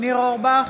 ניר אורבך,